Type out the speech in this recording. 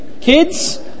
Kids